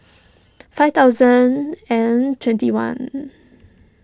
five thousand and twenty one